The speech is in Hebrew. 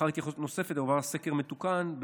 ולאחר התייחסות נוספת הועבר סקר מתוקן,